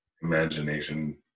Imagination